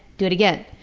do it again.